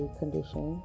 condition